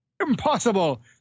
Impossible